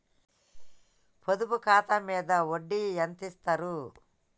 పొదుపు ఖాతా మీద వడ్డీ ఎంతిస్తరు?